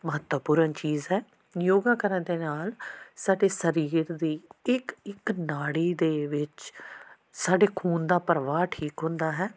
ਮਹੱਤਵਪੂਰਨ ਚੀਜ਼ ਹੈ ਯੋਗਾ ਕਰਨ ਦੇ ਨਾਲ ਸਾਡੇ ਸਰੀਰ ਦੀ ਇਕ ਇਕ ਨਾੜੀ ਦੇ ਵਿੱਚ ਸਾਡੇ ਖੂਨ ਦਾ ਪ੍ਰਵਾਹ ਠੀਕ ਹੁੰਦਾ ਹੈ